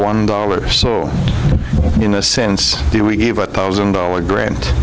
one dollar in a sense we gave a thousand dollar grant